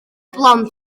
blant